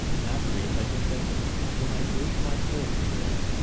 haply it had been better when i built my fortress there,